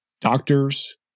doctors